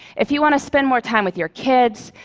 if you want to spend more time with your kids,